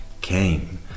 came